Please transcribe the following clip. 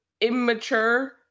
immature